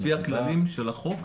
לפי הכללים של החוק,